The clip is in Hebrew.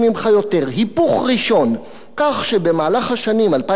היפוך ראשון: "כך שבמהלך השנים 2013 2018